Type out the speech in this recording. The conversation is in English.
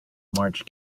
march